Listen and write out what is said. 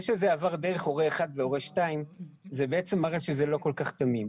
זה שזה עבר דרך הורה 1 והורה 2 זה מראה שזה לא כל כך תמים.